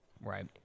right